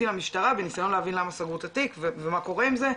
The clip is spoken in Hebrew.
למשטרה בניסיון להבין למה סגרו את התיק ומה קורה עם זה,